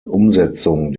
umsetzung